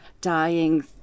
dying